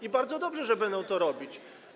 I bardzo dobrze, że będą to robić.